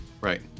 Right